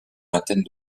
vingtaine